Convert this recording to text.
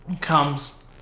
comes